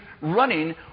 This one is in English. running